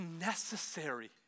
necessary